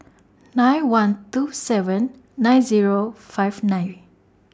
nine one two seven nine Zero five nine